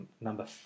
number